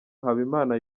habimana